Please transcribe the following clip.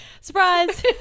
Surprise